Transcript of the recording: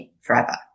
forever